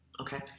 Okay